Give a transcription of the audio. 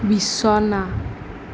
বিছনা